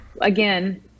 again